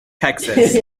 texas